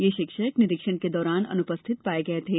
यह शिक्षक निरीक्षण के दौरान अनुपस्थित पाये गये थे